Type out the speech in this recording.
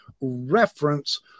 reference